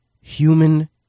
human